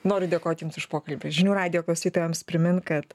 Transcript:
noriu dėkot jums už pokalbį žinių radijo klausytojams primin kad